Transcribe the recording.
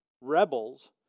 rebels